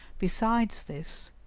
besides this,